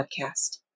podcast